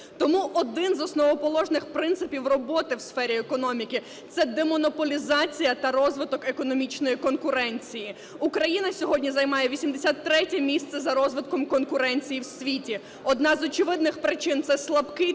Тому один з основоположних принципів роботи в сфері економіки – це демонополізація та розвиток економічної конкуренції. Україна сьогодні займає 83 місце за розвитком конкуренції в світі. Одна з очевидних причин – це слабкий